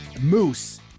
Moose